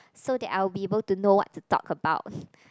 so that I will be able to know what to talk about